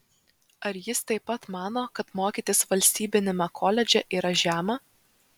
ar jis taip pat mano kad mokytis valstybiniame koledže yra žema